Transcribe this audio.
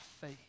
faith